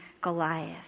Goliath